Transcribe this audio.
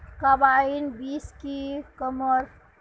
Carbine बीस की कमेर?